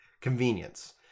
convenience